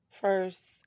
First